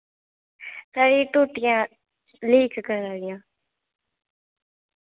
साढ़ी टूटियां लीक करा दियां